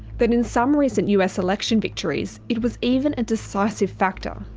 that in some recent us election victories, it was even a decisive factor.